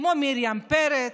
כמו מרים פרץ,